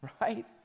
right